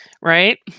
Right